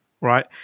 right